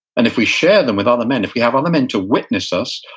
and if we share them with other men, if we have other men to witness us,